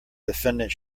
defendant